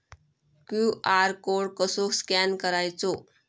QR code कसो scan करायचो?